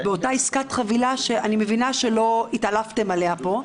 באותה עסקת חבילה שאני מבינה שלא התעלפתם עליה פה.